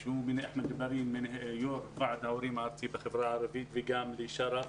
ג'בארין שהוא יושב ועד ההורים הארצי בחברה הערבית ולשרף